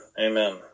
Amen